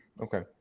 Okay